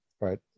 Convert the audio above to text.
right